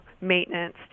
maintenance